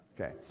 Okay